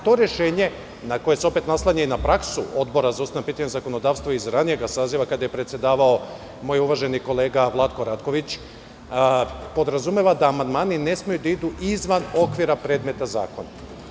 To rešenje, koje se naslanja i na praksu Odbora za ustavna pitanja i zakonodavstvo iz ranijeg saziva, kada je predsedavao moj uvaženi kolega Vlatko Ratković, podrazumeva da amandmani ne smeju da idu izvan okvira predmeta zakona.